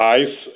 ice